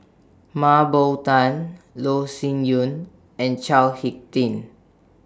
Mah Bow Tan Loh Sin Yun and Chao Hick Tin